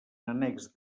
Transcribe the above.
annex